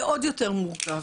זה עוד יותר מורכב.